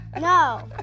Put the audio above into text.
No